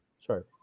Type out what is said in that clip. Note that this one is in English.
Sure